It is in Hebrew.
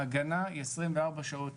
ההגנה היא 24/7,